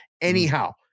Anyhow